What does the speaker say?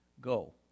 Go